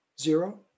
zero